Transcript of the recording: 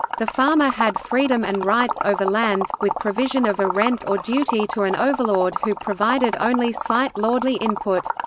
the farmer had freedom and rights over lands, with provision of a rent or duty to an overlord who provided only slight lordly input.